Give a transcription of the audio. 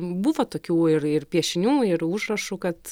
buvo tokių ir ir piešinių ir užrašų kad